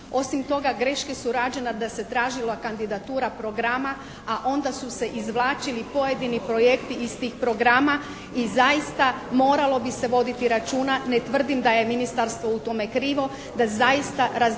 Osim toga greške su rađene da se tražila kandidatura programa, a onda su se izvlačili pojedini projekti iz tih programa i zaista moralo bi se voditi računa. Ne tvrdim da je ministarstvo u tome krivo, da zaista razdvojimo